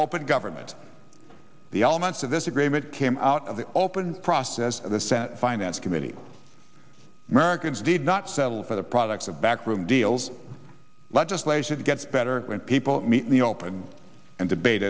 open government the elements of this agreement came out of the open process of the senate finance committee americans did not settle for the products of backroom deals legislation gets better when people meet in the open and debate